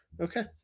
okay